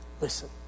Listen